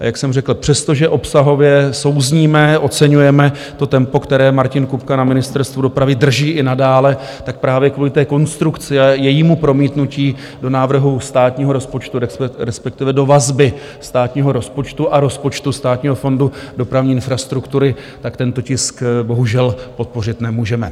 Jak jsem řekl, přestože obsahově souzníme, oceňujeme tempo, které Martin Kupka na Ministerstvu dopravy drží i nadále, tak právě kvůli té konstrukci a jejímu promítnutí do návrhu státního rozpočtu, respektive do vazby státního rozpočtu a rozpočtu Státního fondu dopravní infrastruktury, tento tisk bohužel podpořit nemůžeme.